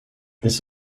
this